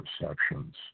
perceptions